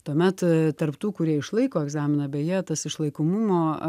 tuomet tarp tų kurie išlaiko egzaminą beje tas išlaikomumo